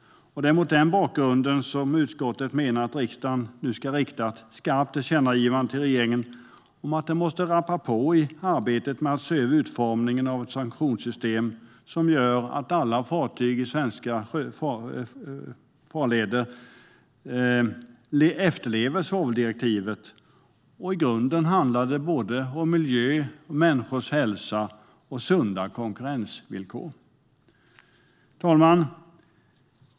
Det är mot den bakgrunden som utskottet menar att riksdagen ska rikta ett skarpt tillkännagivande till regeringen om att den måste rappa på i arbetet med att se över utformningen av sanktionssystemet som gör att alla fartyg i svenska farleder efterlever svaveldirektivet. I grunden handlar det om såväl miljö och människors hälsa som sunda konkurrensvillkor. Herr talman!